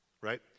right